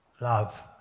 Love